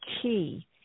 key